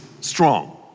strong